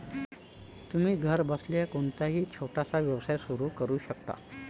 तुम्ही घरबसल्या कोणताही छोटासा व्यवसाय सुरू करू शकता